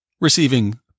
receiving